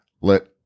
Let